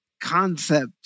concept